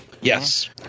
Yes